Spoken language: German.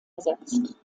ersetzt